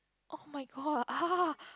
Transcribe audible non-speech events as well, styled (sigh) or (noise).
oh my god (laughs)